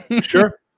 Sure